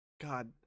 god